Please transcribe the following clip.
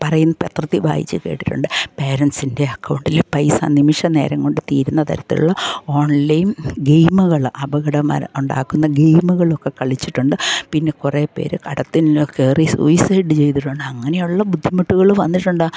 പറയുന്നു പത്രത്തിൽ വായിച്ച് കേട്ടിട്ടുണ്ട് പേരൻസിൻ്റെ അക്കൗണ്ടിലെ പൈസ നിമിഷനേരംകൊണ്ട് തീരുന്ന തരത്തിലുള്ള ഓൺലൈം ഗെയിംമ്കൾ അപകടം വരെ ഉണ്ടാക്കുന്ന ഗെയിമ്കളൊക്കെ കളിച്ചിട്ടുണ്ട് പിന്നെ കുറേ പേർ കടത്തിൽനിന്ന് കയറി സൂയിസൈഡ് ചെയ്തിട്ടുണ്ട് അങ്ങനെയുള്ള ബുദ്ധിമുട്ടുകൾ വന്നിട്ടുണ്ട്